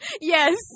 Yes